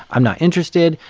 i'm not interested,